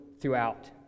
throughout